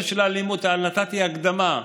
נושא האלימות, נתתי הקדמה.